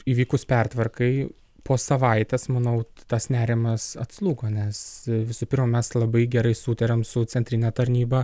įvykus pertvarkai po savaitės manau tas nerimas atslūgo nes visų pirma mes labai gerai sutariam su centrine tarnyba